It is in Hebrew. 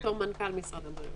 להוסיף --- או מנכ"ל משרד הבריאות.